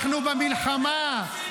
--- כן, בארונות.